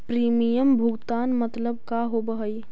Premium भुगतान मतलब का होव हइ?